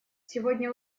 сегодня